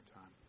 time